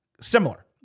similar